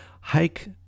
hike